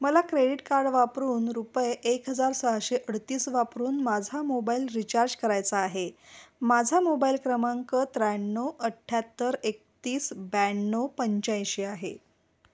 मला credit card वापरून रुपये एक हजार सहाशे अडतीस वापरून माझा मोबाईल रिचार्ज करायचा आहे माझा मोबाईल क्रमांक त्र्याण्णव अठ्ठ्याहत्तर एकतीस ब्याण्णव पंच्याऐंशी आहे